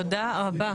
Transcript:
תודה רבה.